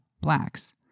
blacks